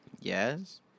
Yes